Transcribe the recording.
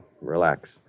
relax